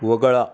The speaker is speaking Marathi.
वगळा